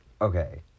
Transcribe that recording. Okay